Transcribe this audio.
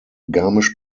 garmisch